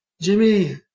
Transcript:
Jimmy